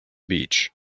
beach